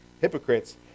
hypocrites